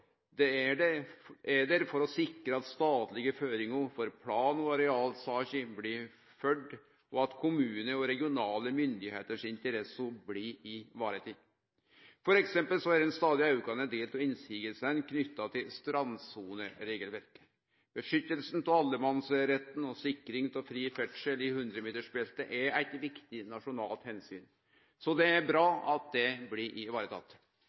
fjernast. Det er der for å sikre at statlege føringar for plan- og arealsaker blir følgde, og at kommunar og regionale myndigheiters interesser blir ivaretekne. For eksempel er ein stadig aukande del av motsegnene knytt til strandsoneregelverket. Beskyttelsen av allemannsretten og sikring av fri ferdsel i 100-metersbeltet er eit viktig nasjonalt omsyn, så det er bra at det blir